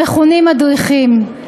המכונים מדריכים.